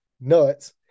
nuts